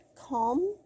calm